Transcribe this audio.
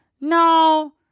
No